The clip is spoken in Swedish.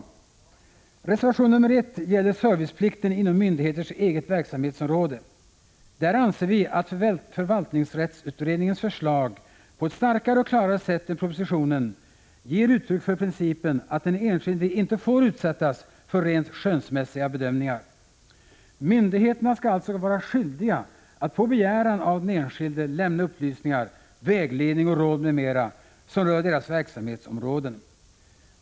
Reservation nr 1 gäller serviceplikten inom myndighets eget verksamhetsområde. Där anser vi att förvaltningsrättsutredningens förslag starkare och klarare än propositionen ger uttryck för principen att den enskilde inte får utsättas för rent skönsmässiga bedömningar. Myndigheterna skall alltså vara skyldiga att på begäran av den enskilde lämna upplysningar, ge vägledning och råd m.m. som rör deras verksamhetsområden.